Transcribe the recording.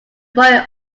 boy